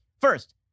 First